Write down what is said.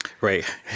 Right